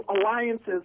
alliances